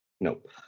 Nope